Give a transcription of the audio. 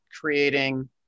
creating